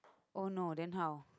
oh no then how